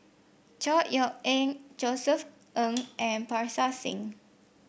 Chor Yeok Eng Josef Ng and Parga Singh